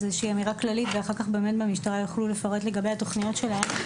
איזשהי אמירה כללית ואחר כך באמת במשטרה יוכלו לפרט לגבי התוכניות שלהם.